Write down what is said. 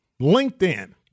LinkedIn